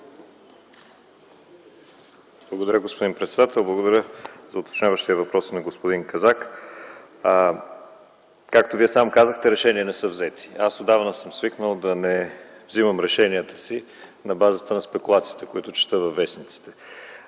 Благодаря, господин председател. Благодаря за уточняващия въпрос на господин Казак. Както Вие сам казахте – решения не са взети. Аз отдавна съм свикнал да не взимам решенията си на базата на спекулациите, които чета във вестниците,